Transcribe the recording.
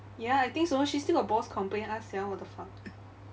ya I think so she still got boss complain us sia what the fuck